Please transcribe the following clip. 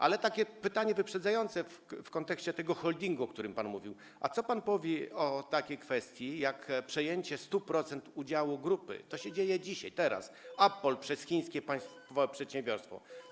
Ale mam pytanie wyprzedzające w kontekście tego holdingu, o którym pan mówił: Co pan powie o takiej kwestii jak przejęcie 100% udziału grupy Appol - to się dzieje dzisiaj, teraz - przez chińskie przedsiębiorstwo państwowe?